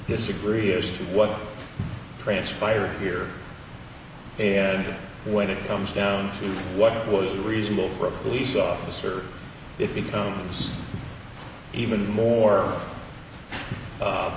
disagree as to what transpired here when it comes down to what was reasonable for a police officer it becomes even more a